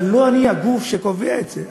אבל לא אני הגוף שקובע את זה.